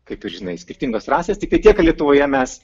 kaip ir žinai skirtingos rasės tiktai tiek kad lietuvoje mes